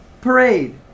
parade